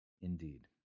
indeed